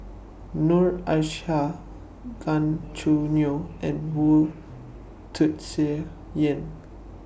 Noor Aishah Gan Choo Neo and Wu Tsai Yen